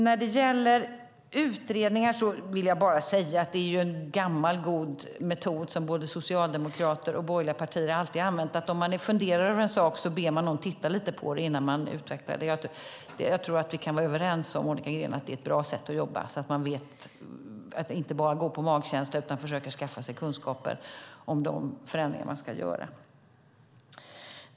När det gäller utredningar är det en gammal god metod som både socialdemokrater och borgerliga partier alltid använt. Funderar man på en sak ber man någon titta lite på det innan man utvecklar det. Jag tror att vi kan vara överens om att det är bra sätt att jobba, att inte bara gå på magkänsla utan försöka skaffa sig kunskaper om de förändringar man ska göra.